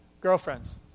Girlfriends